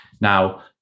Now